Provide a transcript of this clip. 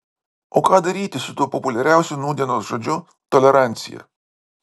o ką daryti su tuo populiariausiu nūdienos žodžiu tolerancija